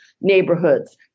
neighborhoods